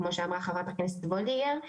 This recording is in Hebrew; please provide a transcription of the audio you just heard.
כמו שאמרה חבר הכנסת מיכל וולדיגר.